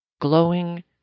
glowing